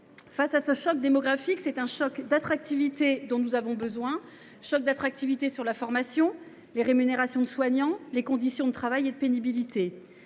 Face à ce choc démographique, c’est d’un choc d’attractivité que nous avons besoin : sur la formation, les rémunérations des soignants, les conditions de travail et la pénibilité,